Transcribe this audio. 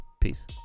Peace